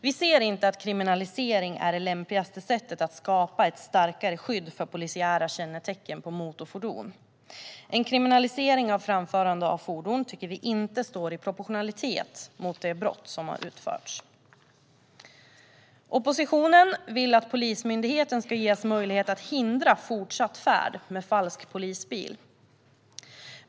Vi ser inte kriminalisering som det lämpligaste sättet att skapa ett starkare skydd för polisiära kännetecken på motorfordon. En kriminalisering av framförande av fordon tycker vi inte står i proportion till det brott som har begåtts. Oppositionen vill att Polismyndigheten ska ges möjlighet att hindra fortsatt färd med falsk polisbil.